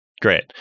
Great